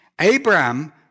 Abraham